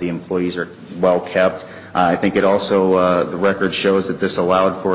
the employees are well kept i think it also the record shows that this allowed for